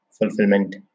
fulfillment